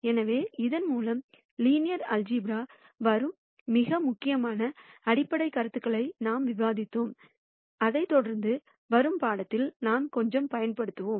எனவே இதன் மூலம் லீனியர் ஆல்சீப்ரா வரும் மிக முக்கியமான அடிப்படைக் கருத்துக்களை நாங்கள் விவரித்தோம் அதைத் தொடர்ந்து வரும் பாடத்தில் நாம் கொஞ்சம் பயன்படுத்துவோம்